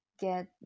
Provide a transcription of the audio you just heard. get